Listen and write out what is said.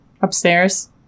Upstairs